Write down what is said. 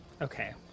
Okay